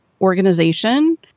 organization